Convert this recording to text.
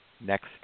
next